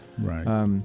Right